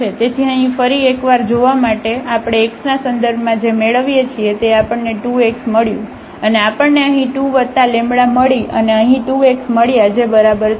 તેથી અહીં ફરી એક વાર જોવા માટે આપણે x ના સંદર્ભમાં જે મેળવીએ છીએ તે આપણને 2 x મળ્યું અને આપણને અહીં 2 વત્તા મળી અને અહીં 2 x મળ્યા જે બરાબર છે